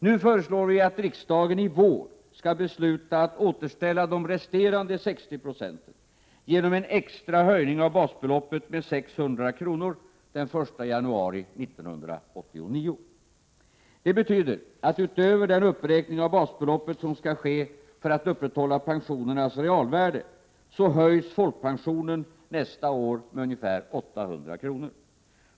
Nu föreslår vi att riksdagen i vår skall besluta att återställa de resterande 60 90 genom en extra höjning av basbeloppet med 600 kr. den 1 januari 1989. Det betyder att utöver den uppräkning av basbeloppet som skall ske för att upprätthålla pensionernas realvärde höjs folkpensionen nästa år med ungefär 800 kr.